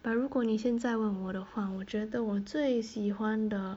but 如果你现在问我的话我觉得我最喜欢的